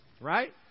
Right